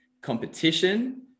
competition